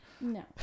No